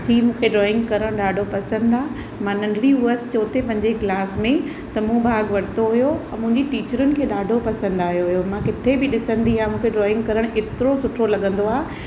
जी मूंखे ड्रॉइंग करण ॾाढो पसंदि आहे मां नंढिड़ी हुअसि चौथें पंजे क्लास में त मूं भाॻु वरितो हुओ मुंहिंजी टीचरुनि खे ॾाढो पसंदि आयो हुओ मां किथे बि ॾिसंदी आहियां मूंखे ड्रॉइंग करण एतिरो सुठो लॻंदो आहे